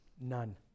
none